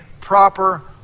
proper